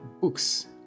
books